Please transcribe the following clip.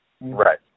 Right